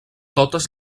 totes